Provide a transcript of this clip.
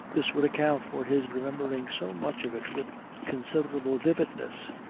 this would account for his remembering so much of it with considerable vividness.